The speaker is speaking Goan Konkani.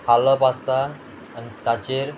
हालप आसता आनी ताचेर